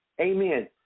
Amen